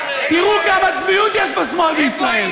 תראו כמה צביעות יש בשמאל בישראל.